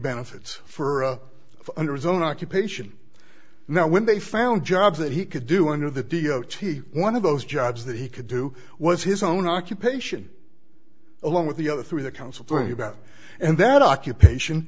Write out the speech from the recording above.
benefits for under his own occupation now when they found jobs that he could do under the d o t one of those jobs that he could do was his own occupation along with the other through the counseling about and that occupation